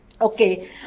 Okay